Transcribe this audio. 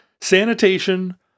sanitation